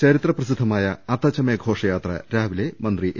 ചരിത്രപ്രസിദ്ധമായ അത്തച്ചമയ ഘോഷയാത്ര രാവിലെ മന്ത്രി എ